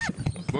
מבחינת הצעת החוק.